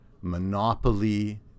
monopoly